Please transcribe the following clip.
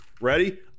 Ready